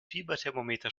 fieberthermometer